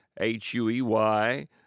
H-U-E-Y